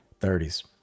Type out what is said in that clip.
30s